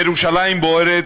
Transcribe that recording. ירושלים בוערת,